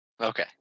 Okay